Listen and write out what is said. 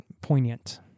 poignant